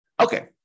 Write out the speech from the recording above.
Okay